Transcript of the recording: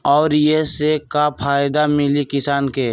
और ये से का फायदा मिली किसान के?